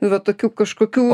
va tokių kažkokių